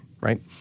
right